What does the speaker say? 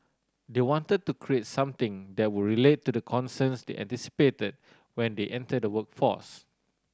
they wanted to create something that would relate to the concerns they anticipated when they enter the workforce